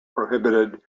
prohibited